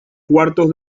cuartos